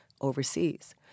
overseas